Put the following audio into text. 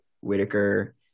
Whitaker